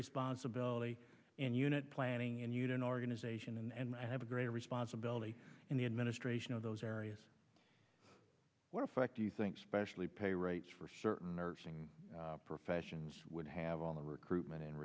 responsibility and unit planning and you to an organization and i have a greater responsibility in the administration of those areas what effect do you think specially pay rates for certain nursing professions would have on the recruitment